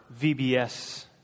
VBS